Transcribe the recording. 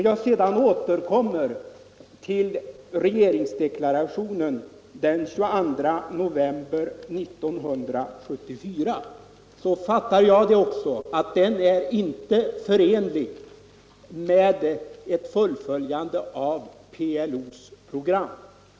Jag uppfattar också regeringsdeklarationen av den 22 november 1974 som inte förenlig med ett fullföljande av PLO:s program.